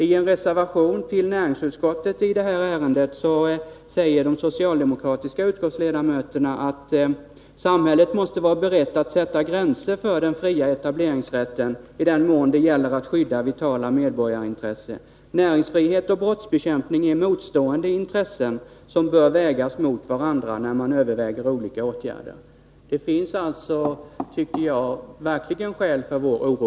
I en reservation till näringsutskottet i detta ärende säger de socialdemokratiska utskottsledamöterna att samhället måste vara berett att sätta gränser för den fria etableringsrätten i den mån det gäller att skydda vitala medborgarintressen. Näringsfrihet och brottsbekämpning är motstående intressen som bör vägas mot varandra när man överväger olika åtgärder, säger de. Det finns alltså verkligen skäl för vår oro.